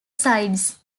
sides